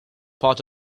part